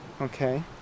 Okay